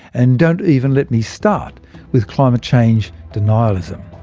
and don't even let me start with climate change denialism.